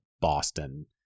boston